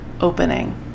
Opening